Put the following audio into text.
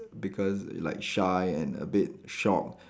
because like shy and a bit shocked